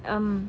um